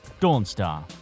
dawnstar